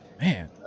man